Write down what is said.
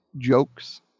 jokes